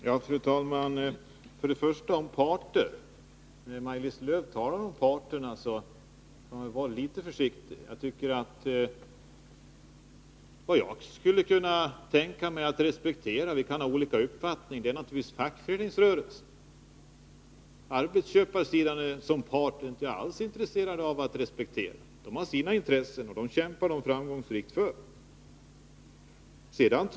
Fru talman! När Maj-Lis Lööw talar om arbetsmarknadens parter borde hon vara litet försiktig. Vi kan ha olika uppfattningar, men vad jag skulle kunna tänka mig att respektera är naturligtvis fackföreningsrörelsen. Arbetsköparsidan som part är jag inte alls intresserad av att respektera. Den sidan har sina intressen, och dem kämpar den framgångsrikt för.